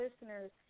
listeners